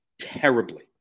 terribly